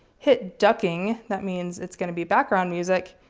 hit ducking. that means it's going to be background music,